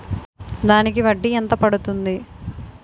దానికి వడ్డీ ఎంత పడుతుంది?